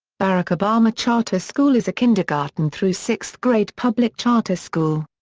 barack obama charter school is a kindergarten through sixth grade public charter school.